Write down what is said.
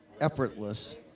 effortless